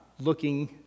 looking